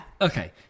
Okay